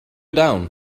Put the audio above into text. down